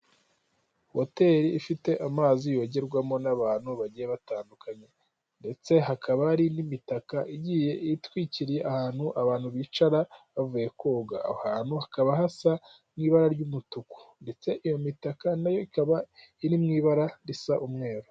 Hoteli ifite amazi yogerwamo n'abantu bagiye batandukanye, ndetse hakaba hari n'imitaka igiye itwikiriye ahantu abantu bicara bavuye koga, aho ahantu hakaba hasa nk'ibara ry'umutuku ndetse iyo mitaka nayo ikaba iri mu ibara risa umweru.